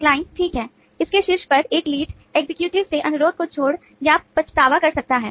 client ठीक है इसके शीर्ष पर एक लीड एक्ज़ेक्यूटिव से अनुरोध को छोड़ या पछतावा कर सकता है